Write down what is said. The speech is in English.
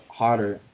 harder